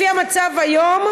לפי המצב הקיים היום,